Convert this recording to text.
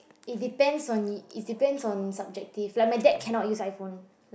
it depends on it depends on subjective like my dad cannot use iPhone like